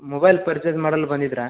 mobile purchase ಮಾಡಲು ಬಂದಿದ್ರ